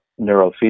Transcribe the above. neurofeedback